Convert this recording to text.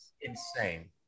insane